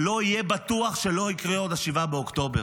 לא יהיה בטוח שלא יקרה עוד 7 באוקטובר.